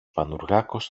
πανουργάκος